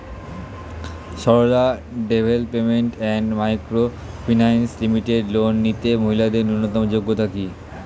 Sarala development and micro finance limited loan নিতে মহিলাদের ন্যূনতম যোগ্যতা কী?